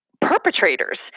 perpetrators